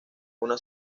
una